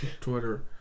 Twitter